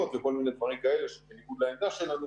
וכל מיני דברים כאלה שזה בניגוד לעמדה שלנו